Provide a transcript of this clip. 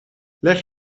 leg